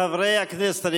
חברי הכנסת,